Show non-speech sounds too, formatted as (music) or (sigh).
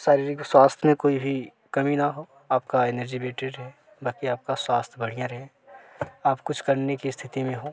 शरीरिक के स्वास्थ्य में कोई भी कमी ना हो आपका एनर्जी (unintelligible) बाकी आपका स्वास्थ्य बढ़िया रहे आप कुछ करने की स्थिति में हो